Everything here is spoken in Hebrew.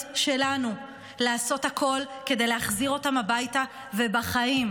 שלנו לעשות הכול כדי להחזיר אותן הביתה בחיים.